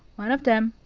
one of them,